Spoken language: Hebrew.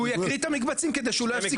שהוא יקריא את המקבצים כדי שהוא לא יפסיק